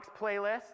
playlist